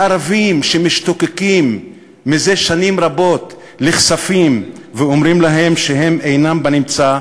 לערבים שמשתוקקים זה שנים רבות לכספים ואומרים להם שהם אינם בנמצא?